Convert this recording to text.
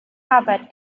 arbeit